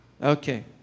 Okay